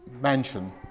mansion